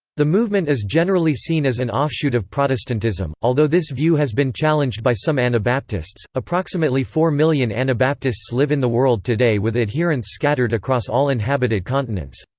the movement is generally seen as an offshoot of protestantism, although this view has been challenged by some anabaptists approximately four million anabaptists live in the world today with adherents scattered across all inhabited continents.